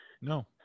no